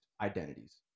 identities